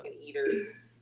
eaters